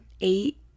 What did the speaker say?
eight